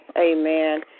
Amen